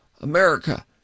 America